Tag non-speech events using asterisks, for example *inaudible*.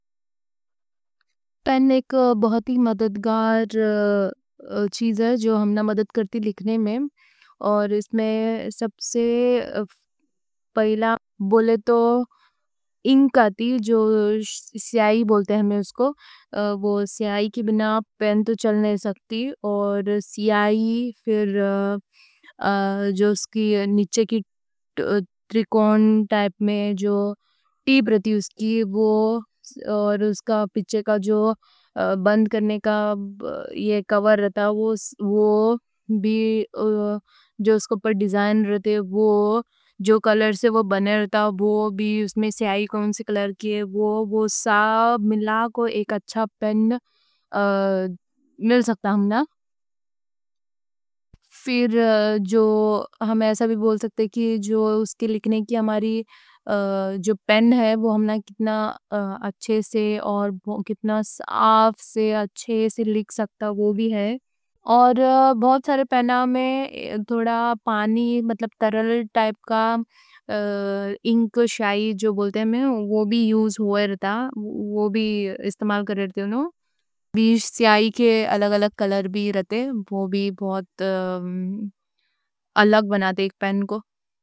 پین ایک بہت ہی مددگار *hesitation* چیز ہے جو ہمنا لکھنے میں مدد کرتی۔ اور اس میں سب سے پہلا بولے تو اِنک آتی جو سیاہی بولتے۔ ہمنا اس کو وہ سیاہی کی بنا پین تو چل نہیں سکتی۔ اور سیاہی پھر جو اس کی نیچے کی *hesitation* ٹریکون ٹائپ میں جو ٹِپ رہتی، وہ اور اس کا پیچھے کا جو بند کرنے کا یہ کور رہتا، وہ بھی *hesitation* جو اس پر ڈیزائن رہتے وہ جو کلر سے، وہ بنے رہتا۔ وہ بھی اس میں سیاہی کون سے کلر کی ہے وہ وہ سب ملا کوں ایک اچھا پین مل *hesitation* سکتا۔ پھر جو ہم ایسا بھی بول سکتے کہ جو اس کی لکھنے کی ہماری جو پین ہے وہ ہمنا کتنا اچھے سے اور کتنا صاف سے اچھے سے لکھ *hesitation* سکتا۔ وہ بھی ہے اور بہت سارے پینوں میں تھوڑا پانی، مطلب ترل ٹائپ کا اِنک، سیاہی جو بولتے ہیں، وہ بھی استعمال کر رہتے ہوں وہ بھی استعمال کیے رہتے وہ لوگ۔ بیس سیاہی کے الگ الگ کلر بھی رہتے وہ بھی بہت۔ *hesitation* الگ بناتے ایک پین کو۔